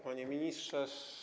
Panie Ministrze!